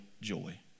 joy